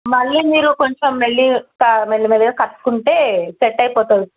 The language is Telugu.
మళ్ళీ మీరు కొంచెం మెల్లి క మెల్లమెల్లగా కట్టుకుంటే సెట్ అయిపోతుంది